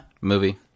Movie